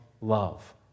love